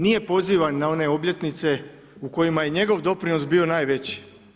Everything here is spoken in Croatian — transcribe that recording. Nije pozivan na one obljetnice u kojima je njegov doprinos bio najveći.